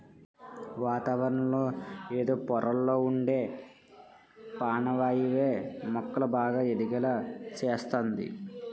వాతావరణంలో ఎదో పొరల్లొ ఉండే పానవాయువే మొక్కలు బాగా ఎదిగేలా సేస్తంది